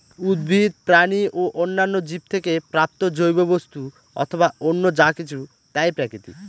উদ্ভিদ, প্রাণী ও অন্যান্য জীব থেকে প্রাপ্ত জৈব বস্তু অথবা অন্য যা কিছু তাই প্রাকৃতিক